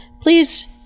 please